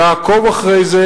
לעקוב אחרי זה,